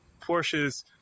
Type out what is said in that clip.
Porsches